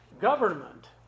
government